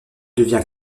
devient